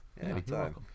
Anytime